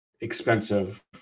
expensive